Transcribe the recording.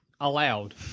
allowed